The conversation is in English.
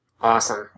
Awesome